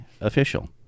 official